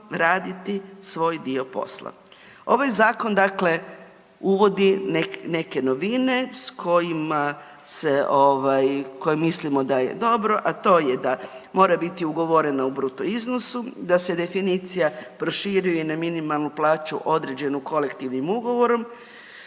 raditi svoj dio posla. Ovaj zakon dakle uvodi neke novine s kojima se ovaj, koje mislimo da je dobro, a to je da mora biti ugovorena u bruto iznosu, da se definicija proširuje na minimalnu plaću određenu kolektivnim ugovorom,